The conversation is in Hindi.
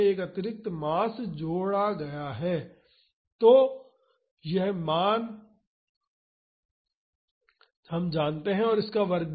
तो अब हम k बाई m का यह मान जानते हैं और इसका वर्ग भी